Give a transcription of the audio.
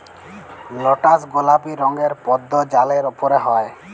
lotus গলাপি রঙের পদ্দ জালের উপরে হ্যয়